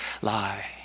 lie